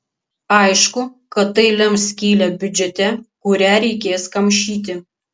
aišku kad tai lems skylę biudžete kurią reikės kamšyti